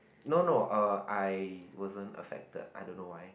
no no uh I wasn't affected I don't know why